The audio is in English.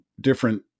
different